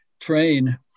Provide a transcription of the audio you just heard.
train